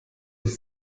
ich